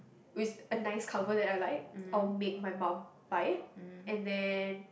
with a nice cover that I like or make my mom buy it and then